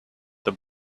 the